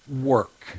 work